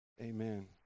Amen